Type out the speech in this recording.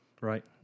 Right